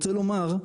רוצה לומר,